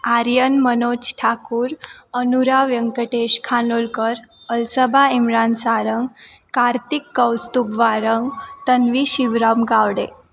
Aryan Manoj Thakur Anura Venkatesh Khanolkar Alsaba Imran Sarang Kartik Kaustubh Warang Tanvi Shivram Gawade